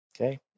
Okay